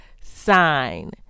sign